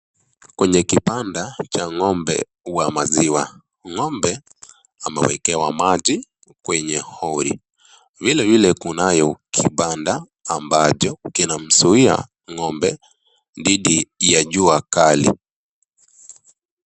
Kwenye kibanda cha ng'ombe wa maziwa. Ng'ombe amewekewa maji kwenye hori. Vilevile kunayo kibanda ambacho kinamzuia ng'ombe dhidi ya jua kali.